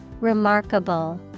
Remarkable